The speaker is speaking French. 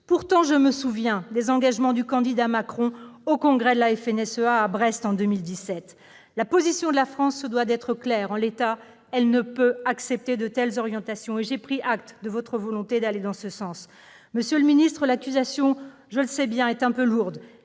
souviens pourtant des engagements du candidat Macron au congrès de la FNSEA, à Brest, en 2017. La position de la France se doit d'être claire : en l'état, elle ne peut accepter de telles orientations. J'ai pris acte de votre volonté d'aller dans ce sens, monsieur le ministre. L'accusation, je le sais bien, est un peu lourde,